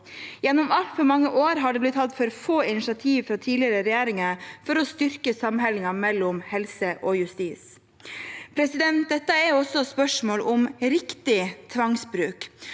Gjennom altfor mange år har det blitt tatt for få initiativ fra tidligere regjeringer for å styrke samhandlingen mellom helse og justis. Dette er også spørsmål om riktig tvangsbruk,